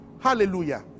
Hallelujah